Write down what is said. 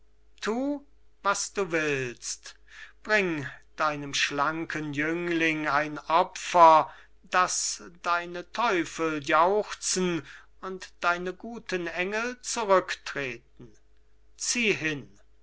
thu was du willst bring deinem schlanken jüngling ein opfer daß deine teufel jauchzen und deine guten engel zurücktreten zieh hin